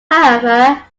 however